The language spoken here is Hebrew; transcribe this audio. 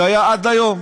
שהיה עד היום,